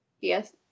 Yes